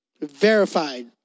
Verified